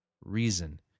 reason